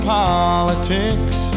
politics